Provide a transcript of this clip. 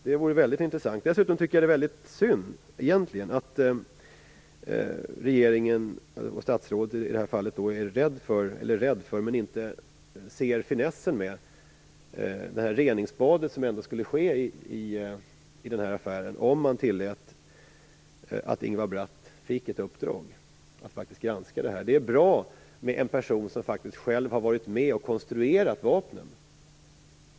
Det vore väldigt intressant att få veta hur statsrådet ser på det. Dessutom tycker jag att det är synd att regeringen, i det här fallet statsrådet, inte ser finessen med det reningsbad som skulle ske i den här affären om man tillät att Ingvar Bratt fick i uppdrag att granska det här. Det är bra med en person som själv har varit med och konstruerat vapnen.